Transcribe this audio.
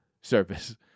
service